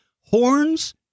horns